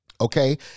okay